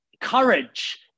courage